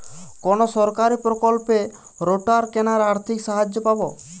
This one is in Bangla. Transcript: কোন সরকারী প্রকল্পে রোটার কেনার আর্থিক সাহায্য পাব?